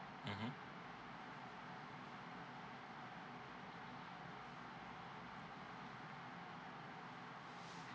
mmhmm